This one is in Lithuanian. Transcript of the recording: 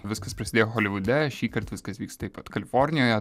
viskas prasidėjo holivude šįkart viskas vyks taip pat kalifornijoje